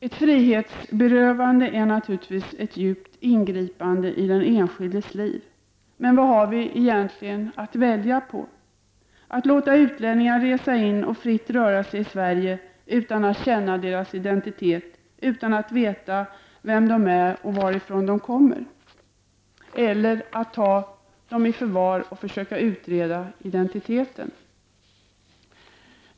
Ett frihetsberövande är naturligtvis ett djupt ingripande i den enskildes liv. Men vad har vi egentligen att välja på — att man låter utlänningar resa in i och fritt röra sig i Sverige, utan att känna deras identitet och utan att veta vilka de är och varifrån de kommer, eller att man tar dem i förvar och försöker utreda deras identitet?